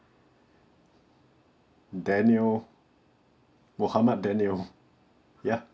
daniel muhammad daniel ya